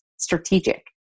strategic